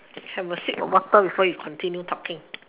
have a sip of water before you continue talking